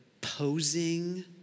posing